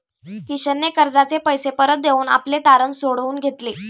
किशनने कर्जाचे पैसे परत देऊन आपले तारण सोडवून घेतले